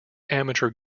amateur